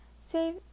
save